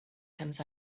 comes